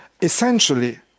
essentially